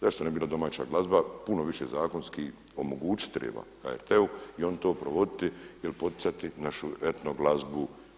Zašto ne bi bila domaća glazba, puno više zakonski omogućit treba HRT-u i onda to provoditi ili poticati našu etno glazbu.